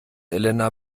elena